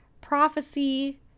prophecy